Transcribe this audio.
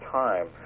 time